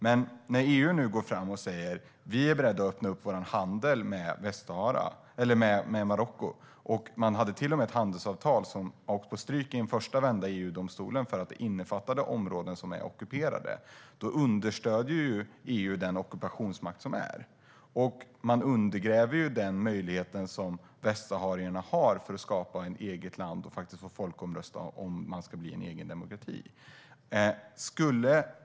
Men när EU nu går fram och säger att man är beredd att öppna för handel med Marocko - man hade till och med ett handelsavtal som har åkt på stryk i en första vända i EU-domstolen därför att det innefattade områden som är ockuperade - understöder ju EU den ockupationsmakt som råder. Man undergräver den möjlighet som västsaharierna har att skapa ett eget land och få folkomrösta om landet ska bli en egen demokrati.